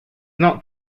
not